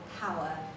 power